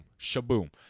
shaboom